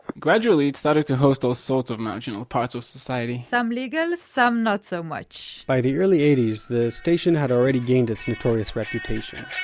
gradually, it started to host all sorts of marginal parts of society some legal, some not so much by the early eighty s, the station had already gained its notorious reputation.